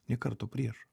nė karto priešų